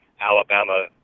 Alabama